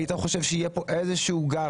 היית חושב שיהיה פה איזה שהוא גב.